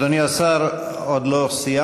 אדוני השר, עוד לא סיימנו.